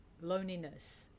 loneliness